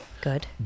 Good